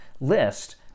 list